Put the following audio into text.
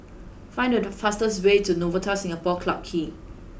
find the fastest way to Novotel Singapore Clarke Quay